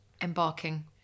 Embarking